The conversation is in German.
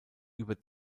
über